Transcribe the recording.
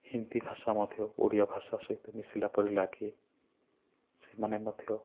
ହିନ୍ଦୀ ଭାଷା ମଧ୍ୟ ଓଡ଼ିଆ ଭାଷା ସହିତ ମିଶିଲା ପରି ଲାଗେ ସେମାନେ ମଧ୍ୟ